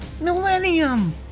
Millennium